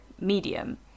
medium